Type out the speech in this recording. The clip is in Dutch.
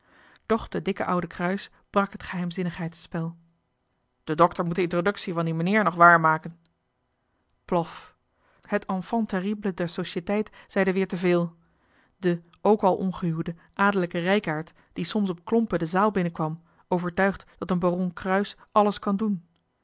doch de dikke oude cruyss brak het geheimzinnigheidsspel de dokter moet de introductie van die meneer nog waar maken plof het enfant terrible der societeit zeide weer te veel de ook al ongehuwde adellijke rijkaard die soms op klompen de zaal binnenkwam overtuigd dat een baron cruyss alles kan doen